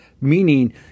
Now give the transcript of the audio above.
meaning